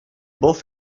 both